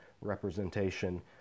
representation